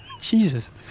Jesus